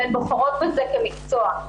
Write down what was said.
והן בוחרות בזה כמקצוע.